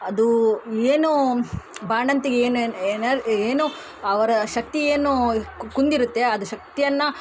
ಅದು ಏನು ಬಾಣಂತಿಗೆ ಏನೇನು ಏನು ಅವರ ಶಕ್ತಿ ಏನು ಕುಂದಿರುತ್ತೆ ಅದು ಶಕ್ತಿಯನ್ನು